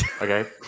Okay